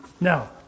Now